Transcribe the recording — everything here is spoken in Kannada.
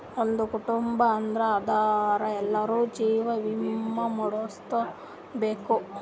ಒಂದ್ ಕುಟುಂಬ ಅದಾ ಅಂದುರ್ ಎಲ್ಲಾರೂ ಜೀವ ವಿಮೆ ಮಾಡುಸ್ಕೊಬೇಕ್